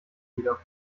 leader